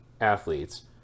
athletes